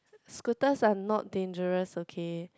scooters are not dangerous okay